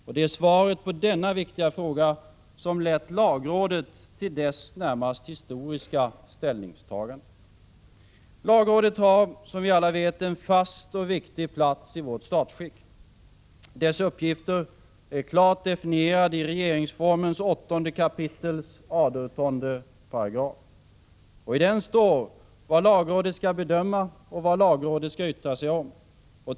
Och det är svaret på den viktiga frågan som lett lagrådet till dess närmast historiska ställningstagande. Lagrådet har som vi alla vet en fast och viktig plats i vårt statsskick. Dess uppgifter är klart definierade i regeringsformens 8 kap. 18 §. I den står vad lagrådet skall bedöma och yttra sig om.